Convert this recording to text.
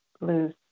lose